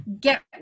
get